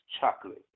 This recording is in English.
chocolate